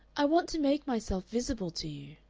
i want to make myself visible to you.